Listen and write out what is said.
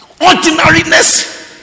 Ordinariness